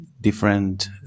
different